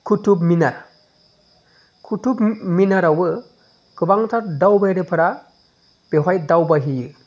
कुटुबमिनार कुटुबमिनारावबो गोबांथार दावबायारिफोरा बेवहाय दावबायहैयो